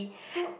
so